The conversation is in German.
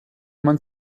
man